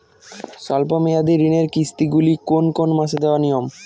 স্বল্প মেয়াদি ঋণের কিস্তি গুলি কোন কোন মাসে দেওয়া নিয়ম?